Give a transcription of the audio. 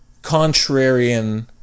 contrarian